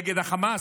תהיו נגד החמאס,